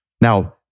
Now